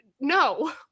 No